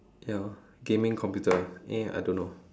ya gaming computer eh I don't know